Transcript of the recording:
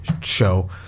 show